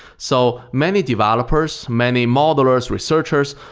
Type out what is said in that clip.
so many developers, many modelers, researchers,